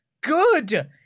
good